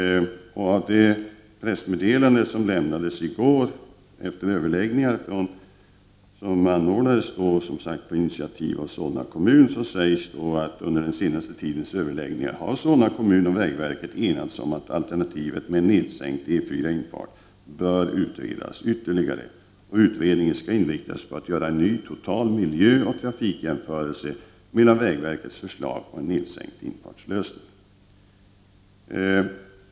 I det pressmeddelande som lämnades i går efter de överläggningar som anordnats, som sagt, på initiativ av Solna kommun sägs det: Under den senaste tidens överläggningar har Solna kommun och vägverket enats om att alternativet med en nedsänkt E 4-infart bör utredas ytterligare, och utredningen skall inriktas på att göra en ny total miljöoch trafikjämförelse, medan vägverkets förslag har en nedsänkt infartslösning.